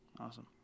Awesome